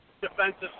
defensive